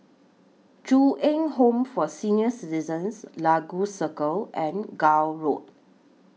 Ju Eng Home For Senior Citizens Lagos Circle and Gul Road